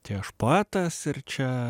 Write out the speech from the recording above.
tai aš poetas ir čia